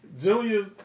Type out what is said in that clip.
Junior's